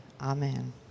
Amen